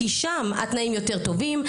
כי שם התנאים יותר טובים,